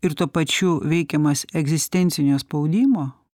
ir tuo pačiu veikiamas egzistencinio spaudimo